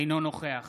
אינו נוכח